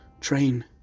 Train